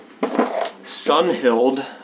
Sunhild